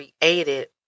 created